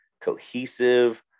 cohesive